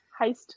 heist